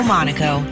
Monaco